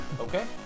Okay